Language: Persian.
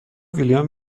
ویلیام